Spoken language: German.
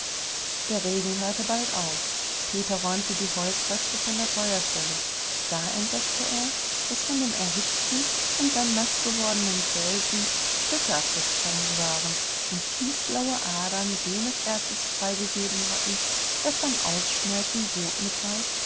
der regen hörte bald auf peter räumte die holzreste von der feuerstelle da entdeckte er daß von dem erhitzten und dann naßgewordenen felsen stücke abgesprungen waren und tiefblaue adern jenes erzes freigegeben hatten das beim ausschmelzen rotmetall